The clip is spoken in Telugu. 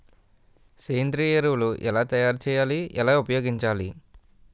సేంద్రీయ ఎరువులు ఎలా తయారు చేయాలి? ఎలా ఉపయోగించాలీ?